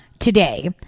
Today